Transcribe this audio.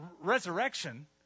resurrection